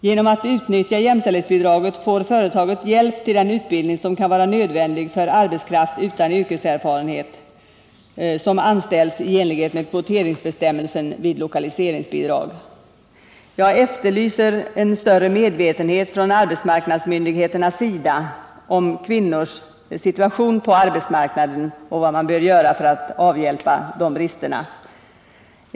Genom att utnyttja jämställdhetsbidraget får företagen hjälp till den utbildning som kan vara nödvändig för arbetskraft utan yrkeserfarenhet, som anställs i enlighet med kvoteringsbestämmelsen vid lokaliseringsbidrag. Jag efterlyser en större medvetenhet från arbetsmarknadsmyndigheternas sida om kvinnors situation på arbetsmarknaden och om vad man bör göra för att avhjälpa de brister som finns.